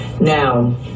Now